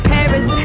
Paris